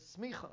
Smicha